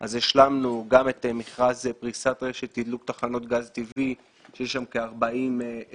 גם את מכרז פריסת רשת תדלוק תחנות גז טבעי כאשר יש שם כ-40 זוכים.